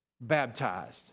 baptized